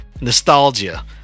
Nostalgia